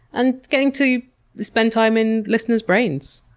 and getting to spend time in listener's brains.